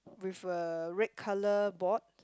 with a red colour board